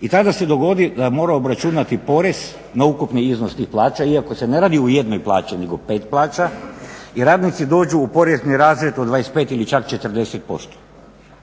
i tada se dogodi da mora obračunati porez na ukupni iznos tih plaća iako se ne radi o jednoj plaći nego pet plaća i radnici dođu u porezni razred od 25 ili čak 40%.